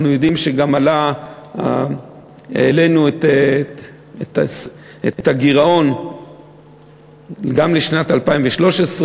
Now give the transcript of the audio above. אנחנו יודעים שהעלינו את הגירעון גם לשנת 2013,